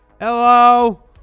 Hello